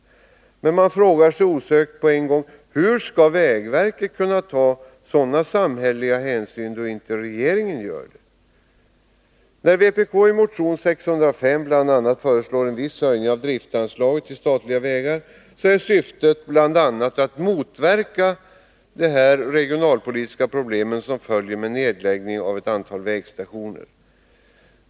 Man frågar sig osökt: Hur skall vägverket kunna ta sådana samhälleliga hänsyn, då inte regeringen gör det? När vpk i motion 605 föreslår en viss höjning av driftsanslaget till statliga vägar, är syftet bl.a. att motverka de regionalpolitiska problem som följer med nedläggning av ett antal vägstationer.